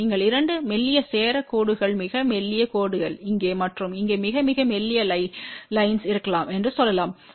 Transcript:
நீங்கள் இரண்டு மெல்லிய சேர கோடுகள் மிக மெல்லிய கோடுகள் இங்கே மற்றும் இங்கே மிக மிக மெல்லிய லைன்யில் இருக்கலாம் என்று சொல்லலாம் 0